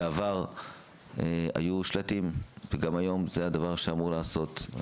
בעבר היו שלטים וגם היום זה הדבר שאמורים לעשות.